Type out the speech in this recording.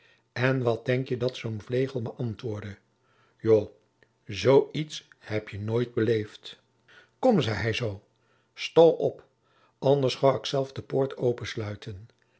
en wat denkje dat zoôn vlegel me antwoordde joâ zoo iets hebje nooit beleefd kom zei hij zoo stoâ op anders goâ ik zelf de poort